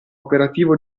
operativo